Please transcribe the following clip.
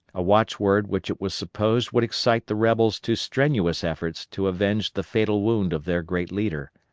a watch-word which it was supposed would excite the rebels to strenuous efforts to avenge the fatal wound of their great leader.